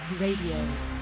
Radio